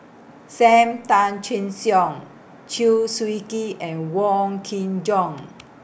SAM Tan Chin Siong Chew Swee Kee and Wong Kin Jong